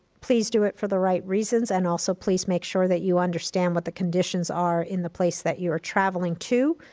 please do it for the right reasons, and also please make sure that you understand what the conditions are in the place that you are traveling to,